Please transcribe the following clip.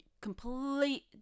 complete